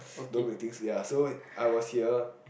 don't make things ya so I was here